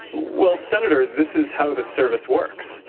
well, senator, this is how the service works.